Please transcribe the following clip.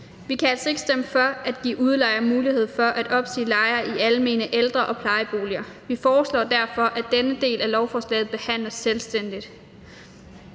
Vi kan altså ikke stemme for at give udlejer mulighed for at opsige lejere i almene ældre- og plejeboliger. Vi foreslår derfor, at denne del af lovforslaget behandles selvstændigt.